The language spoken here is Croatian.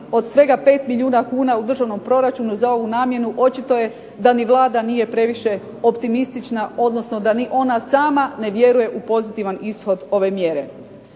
od svega 5 milijuna kuna u državnom proračunu za ovu namjenu očito je da ni Vlada nije previše optimistična, odnosno da ni ona sama ne vjeruje u pozitivan ishod ove mjere.